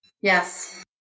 Yes